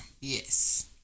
yes